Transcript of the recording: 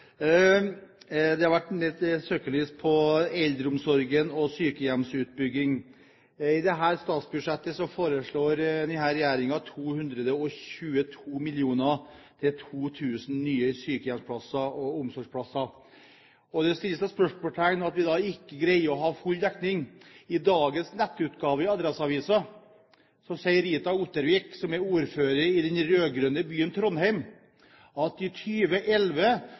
Det har vært søkelys på eldreomsorgen og sykehjemsutbygging. I dette statsbudsjettet foreslår denne regjeringen 222 mill. kr til 2 000 nye sykehjemsplasser og omsorgsplasser. Det settes da spørsmålstegn ved at vi ikke greier å ha full dekning. I dagens nettutgave av Adresseavisen sier Rita Ottervik, som er ordfører i den rød-grønne byen Trondheim, at i